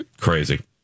Crazy